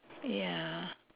ya